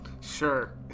Sure